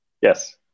Yes